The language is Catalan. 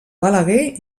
balaguer